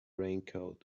raincoat